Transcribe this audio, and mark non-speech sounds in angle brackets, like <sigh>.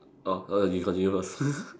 orh err you continue first <laughs>